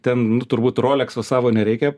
ten turbūt rolekso su savo nereikia